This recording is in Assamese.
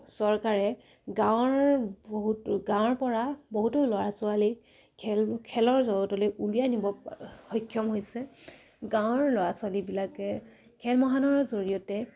চৰকাৰে গাঁৱৰ বহুত গাঁৱৰ পৰা বহুতো ল'ৰা ছোৱালী খেল খেলৰ জগতলৈ উলিয়াই নিবলৈ সক্ষম হৈছে গাঁৱৰ ল'ৰা ছোৱালীবিলাকে খেল মহাৰণৰ জৰিয়তে